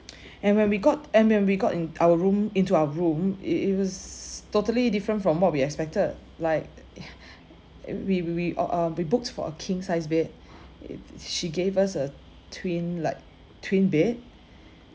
and when we got and when got in our room into our room it it was totally different from what we expected like we we we uh uh we booked for a king-sized bed she gave us a twin like twin bed